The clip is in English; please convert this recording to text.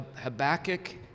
Habakkuk